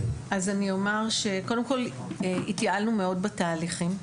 אז אני אומר שקודם כל התייעלנו מאוד בתהליכים,